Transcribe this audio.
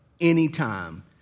anytime